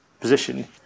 position